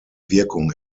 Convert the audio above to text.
wirkung